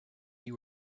you